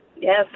Yes